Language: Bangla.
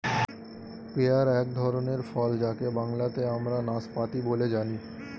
পেয়ার এক ধরনের ফল যাকে বাংলাতে আমরা নাসপাতি বলে জানি